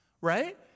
right